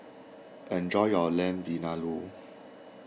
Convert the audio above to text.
enjoy your Lamb Vindaloo